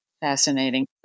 Fascinating